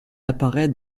apparaît